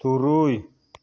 ᱛᱩᱨᱩᱭ